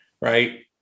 right